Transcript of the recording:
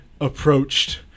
approached